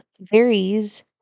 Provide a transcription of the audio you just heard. varies